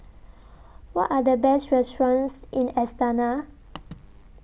What Are The Best restaurants in Astana